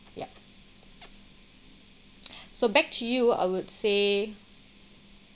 ya so back to you I would say